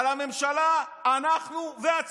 על הממשלה, אנחנו והציבור,